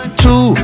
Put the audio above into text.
two